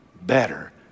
better